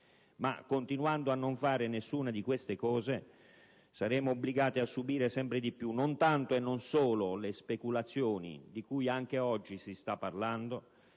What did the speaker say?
Ma continuando a non fare nessuna di queste cose saremo obbligati a subire sempre più non tanto e non solo le speculazioni di cui anche oggi si sta parlando,